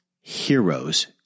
heroes